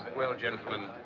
well, gentlemen.